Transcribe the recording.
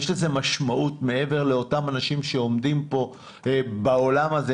יש לזה משמעות מעבר לאותם אנשים שעומדים פה בעולם הזה,